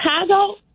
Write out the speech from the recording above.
Chicago